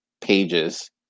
pages